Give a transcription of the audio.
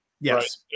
Yes